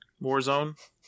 Warzone